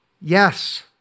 Yes